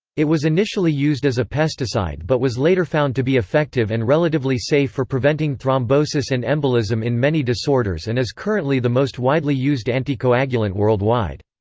it was initially used as a pesticide but was later found to be effective and relatively safe for preventing thrombosis and embolism in many disorders and is currently the most widely used anticoagulant worldwide.